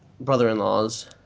brother-in-law's